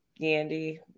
Yandy